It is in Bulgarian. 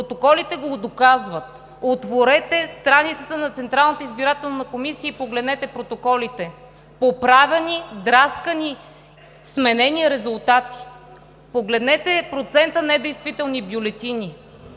Протоколите го доказват. Отворете страницата на Централната избирателна комисия и погледнете протоколите – поправени, драскани, сменени резултати. Погледнете процента недействителни бюлетини